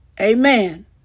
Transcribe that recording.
amen